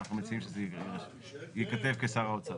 אנחנו מציעים שזה ייכתב כשר האוצר.